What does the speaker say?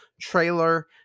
trailer